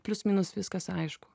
plius minus viskas aišku